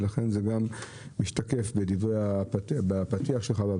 ולכן זה גם משתקף בפתיח שלך.